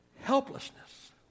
helplessness